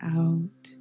out